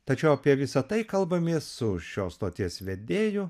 tačiau apie visa tai kalbamės su šios stoties vedėju